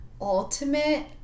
ultimate